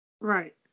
right